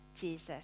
Jesus